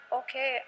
okay